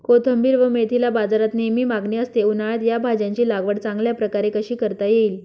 कोथिंबिर व मेथीला बाजारात नेहमी मागणी असते, उन्हाळ्यात या भाज्यांची लागवड चांगल्या प्रकारे कशी करता येईल?